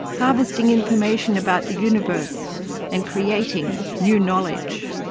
harvesting information about the universe and creating new knowledge.